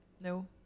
no